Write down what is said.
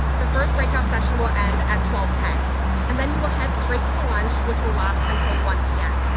the first breakout session will end at twelve ten and then you will head straight to lunch, which will last until one pm.